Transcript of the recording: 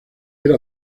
era